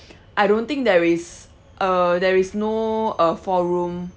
I don't think there is uh there is no uh four room